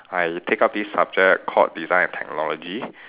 I take up this subject called design and technology